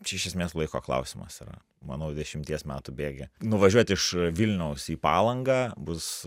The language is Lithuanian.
čia iš esmės laiko klausimas yra manau dešimties metų bėgyje nuvažiuot iš vilniaus į palangą bus